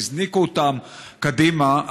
שהזניקו אותן קדימה.